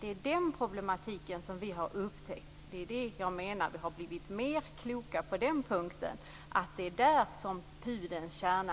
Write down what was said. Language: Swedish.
Det är på den punkten som jag menar att vi har blivit klokare. Det är där som vi har pudelns kärna.